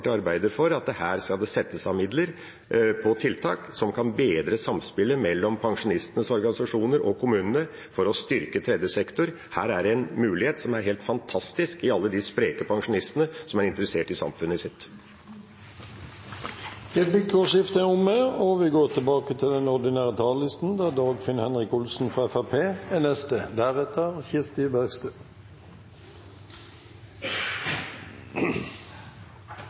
for at det skal settes av midler til tiltak som kan bedre samspillet mellom pensjonistenes organisasjoner og kommunene for å styrke tredje sektor. Her er det en mulighet som er helt fantastisk med alle de spreke pensjonistene som er interessert i samfunnet sitt. Replikkordskiftet er omme. Norge har i løpet av et halvt århundre bygd opp en av verdens beste velferdsstater. Min generasjon og